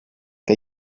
que